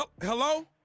Hello